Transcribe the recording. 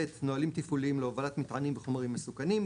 נהלים תפעוליים להובלת מטענים וחומרים מסוכנים,